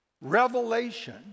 revelation